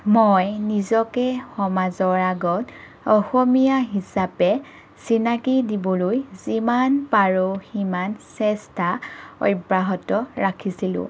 মই নিজকে সমাজৰ আগত অসমীয়া হিচাপে চিনাকি দিবলৈ যিমান পাৰোঁ সিমান চেষ্টা অব্যাহত ৰাখিছিলোঁ